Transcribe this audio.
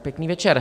Pěkný večer.